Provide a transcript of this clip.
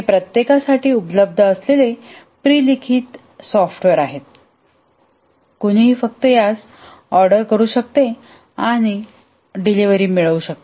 हे प्रत्येकासाठी उपलब्ध असलेले प्री लिखित सॉफ्टवेअर आहेत कोणीही फक्त यास ऑर्डर करू शकते आणि डिलिव्हरी मिळवू शकते